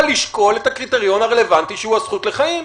לשקול את הקריטריון הרלוונטי שהוא הזכות לחיים.